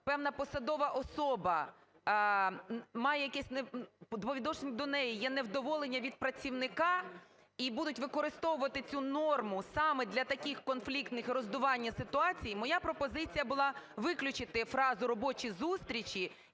певна посадова особа має якесь, по відношенню до неї є невдоволення від працівника, і будуть використовувати цю норму саме для таких конфліктних і роздування ситуації, моя пропозиція була виключити фразу "робочі зустрічі"